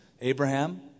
Abraham